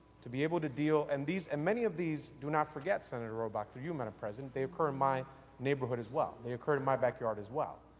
to be able to deal, and these, and many of these do not forget, senator robach, through you madam president they occur in my neighborhood as well. they occur in my backyard as well.